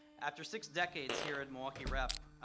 after six decades here at milwaukee rep,